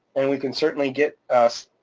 and we can certainly get us.